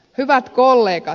hyvät kollegat